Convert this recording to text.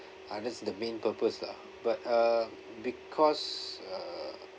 uh that's the main purpose lah but uh because uh